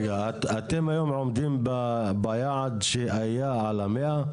רגע, אתם היום עומדים ביעד שהיה על ה-100?